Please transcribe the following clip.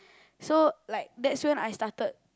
so like that's when I started